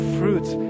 fruits